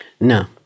No